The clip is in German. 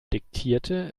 diktierte